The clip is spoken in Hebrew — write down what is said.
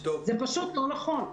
זה פשוט לא נכון,